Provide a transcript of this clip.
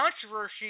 controversy